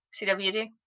CWD